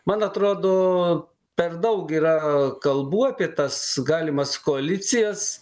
man atrodo per daug yra kalbų apie tas galimas koalicijas